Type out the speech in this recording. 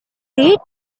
great